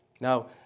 Now